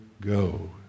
go